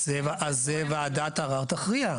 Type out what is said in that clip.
אז וועדת ערר תכריע.